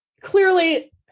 clearly